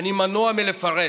אני מנוע מלפרט.